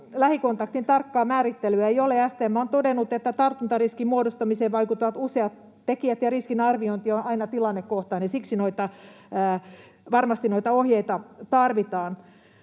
lähikontaktin tarkkaa määrittelyä ei ole — STM on todennut, että tartuntariskin muodostumiseen vaikuttavat useat tekijät ja riskin arviointi on aina tilannekohtainen — ja siksi varmasti noita ohjeita tarvitaan.